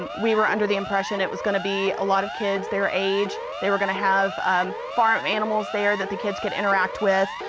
and we were under the impression it was going to be a lot of kids their age. they were going to have farm animals there that the kids could interact with,